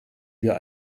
wir